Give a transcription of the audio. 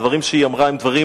הדברים שהיא אמרה הם דברים